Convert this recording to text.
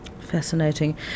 Fascinating